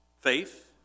faith